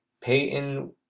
Peyton